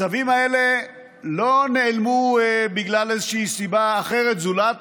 הצווים האלה לא נעלמו בגלל איזושהי סיבה אחרת זולת